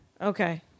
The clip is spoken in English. Okay